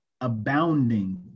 abounding